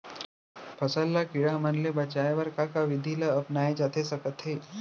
फसल ल कीड़ा मन ले बचाये बर का का विधि ल अपनाये जाथे सकथे?